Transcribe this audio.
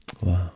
Wow